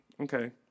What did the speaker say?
okay